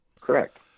Correct